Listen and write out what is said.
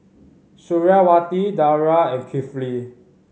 Suriawati Dara and Kifli